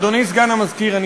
אדוני סגן המזכירה,